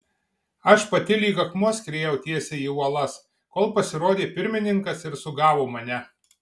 aš pati lyg akmuo skriejau tiesiai į uolas kol pasirodė pirmininkas ir sugavo mane